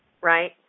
Right